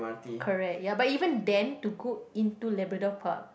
correct ya but even then to go into Labrador-Park